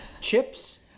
chips